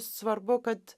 svarbu kad